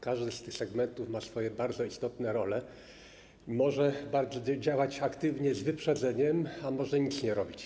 Każdy z tych segmentów ma swoje bardzo istotne role i może działać aktywnie z wyprzedzeniem, ale może nic nie robić.